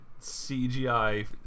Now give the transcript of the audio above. CGI